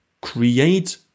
create